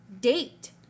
date